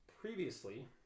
previously